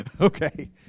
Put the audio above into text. Okay